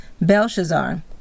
Belshazzar